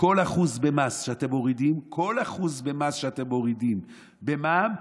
כל 1% במס שאתם מורידים במע"מ,